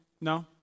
No